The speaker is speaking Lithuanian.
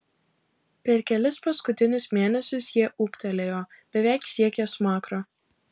per kelis paskutinius mėnesius jie ūgtelėjo beveik siekė smakrą